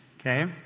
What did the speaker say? Okay